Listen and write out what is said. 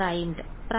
വിദ്യാർത്ഥി പ്രൈംഡ്